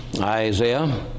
Isaiah